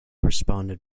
responded